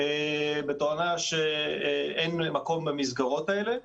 בתואנה שאין מקום במסגרות האלה,